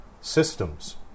systems